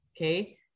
okay